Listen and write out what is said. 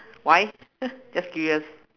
why just curious